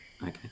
Okay